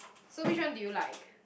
so which one do you like